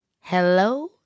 Hello